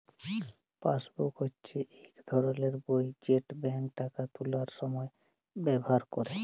passbook হচ্যে ইক ধরলের বই যেট ব্যাংকে টাকা তুলার সময় ব্যাভার ক্যরে